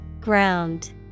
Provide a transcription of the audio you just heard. Ground